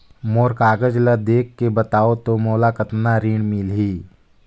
मोर कागज ला देखके बताव तो मोला कतना ऋण मिलही?